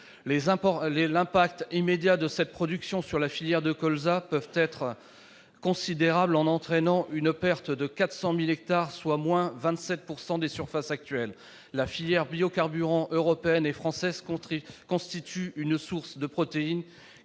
L'impact immédiat de cette production sur la filière de colza peut être considérable, en entraînant une perte de 400 000 hectares, soit une diminution de 27 % des surfaces actuelles. La filière biocarburants européenne et française constitue une source de protéines